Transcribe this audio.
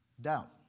Doubt